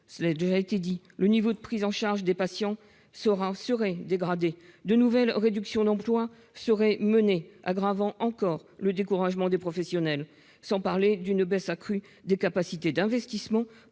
cela a déjà été dit -, le niveau de prise en charge des patients serait dégradé, et de nouvelles réductions d'emplois seraient menées, aggravant encore le découragement des professionnels, sans parler d'une baisse accrue des capacités d'investissement,